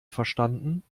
verstanden